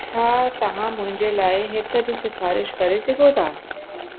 छा तव्हां मुंहिंजे लाइ हिक जी सिफ़ारिश करे सघो था